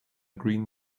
green